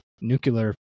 nuclear